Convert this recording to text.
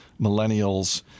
millennials